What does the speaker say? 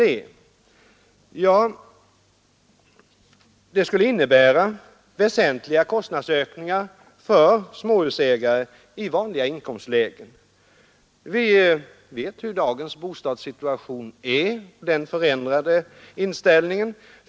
Det skulle nämligen innebära väsentliga kostnadsökningar för småhusägare i vanliga inkomstlägen. Vi känner till hur inställningen har förändrats när det gäller bostadssituationen.